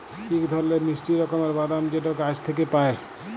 ইক ধরলের মিষ্টি রকমের বাদাম যেট গাহাচ থ্যাইকে পায়